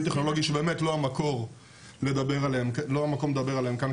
טכנולוגיים שבאמת זה לא המקום לדבר עליהם כי זה משודר.